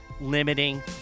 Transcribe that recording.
limiting